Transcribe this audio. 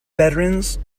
veterans